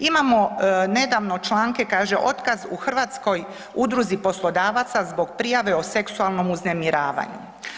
Imamo nedavno članke, kaže: „Otkaz u Hrvatskoj udruzi poslodavaca zbog prijave o seksualnom uznemiravanju.